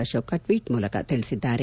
Ashok tweet ಮೂಲಕ ತಿಳಿಸಿದ್ದಾರೆ